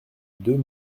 deux